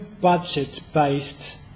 budget-based